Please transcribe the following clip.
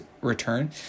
return